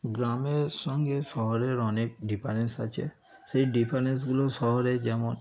গ্রামের সঙ্গে শহরের অনেক ডিফারেন্স আছে সেই ডিফারেন্সগুলো শহরে যেমন